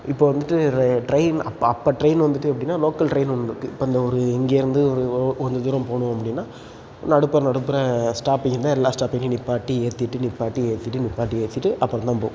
இப்போ வந்துட்டு ட்ரெயின் அப்போ அப்போ ட்ரெயின் வந்துட்டு எப்படின்னா லோக்கல் ட்ரெயின் ஒன்று இருக்குது இப்போ இந்த ஒரு இங்கே இருந்து ஒரு கொஞ்சம் தூரம் போகணும் அப்படின்னா நடுப்புற நடுப்புற ஸ்டாப்பிங் இருந்தால் எல்லா ஸ்டாப்பிங்லேயும் நிப்பாட்டி ஏற்றிட்டு நிப்பாட்டி ஏற்றிட்டு நிப்பாட்டி ஏற்றிட்டு அப்பறம் தான் போகும்